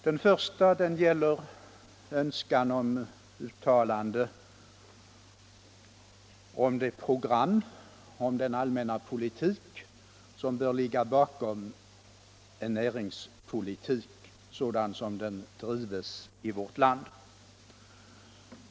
Den första reservationen gäller önskan om ett uttalande om den allmänna politik som bör ligga bakom en näringspolitik sådan den drivs i vårt land.